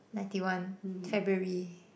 ninety one February